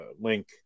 link